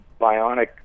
Bionic